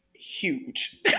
huge